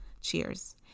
Cheers